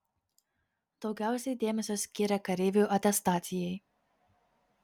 daugiausiai dėmesio skyrė kareivių atestacijai